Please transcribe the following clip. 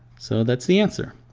so that's the answer.